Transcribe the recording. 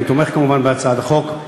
אני תומך כמובן בהצעת החוק.